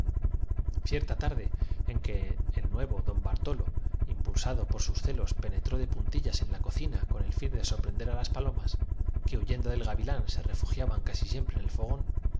cierta tarde en que el nuevo don bartolo impulsa enigmas y re duciendo a una fórmula su maravillosa invención do por sus celos penetró de puntillas en la cocina con sentó el axioma de que retrogradar en los siglos no el fin de sorprender á las palomas que huyendo del era otra cosa que deshollinar el tiempo gavilán se refugiaban casi siempre en el fogón